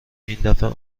ایندفعه